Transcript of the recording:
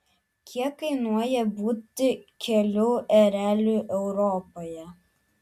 kiek kainuoja būti kelių ereliu europoje